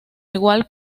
igual